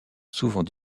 souvent